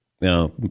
Now